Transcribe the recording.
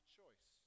choice